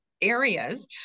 areas